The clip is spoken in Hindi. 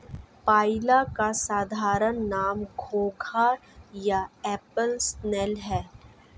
पाइला का साधारण नाम घोंघा या एप्पल स्नेल है